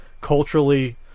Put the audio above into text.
Culturally